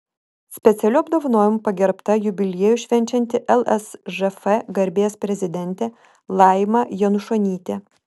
specialiu apdovanojimu pagerbta jubiliejų švenčianti lsžf garbės prezidentė laima janušonytė